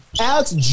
Alex